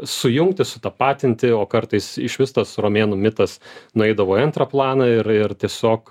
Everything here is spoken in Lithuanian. sujungti sutapatinti o kartais išvis tas romėnų mitas nueidavo į antrą planą ir ir tiesiog